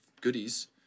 goodies